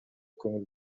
көңүл